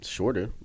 shorter